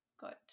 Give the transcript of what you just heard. got